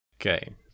Okay